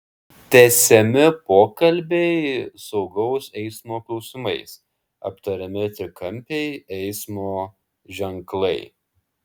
tęsiami pokalbiai saugaus eismo klausimais aptariami trikampiai eismo ženklai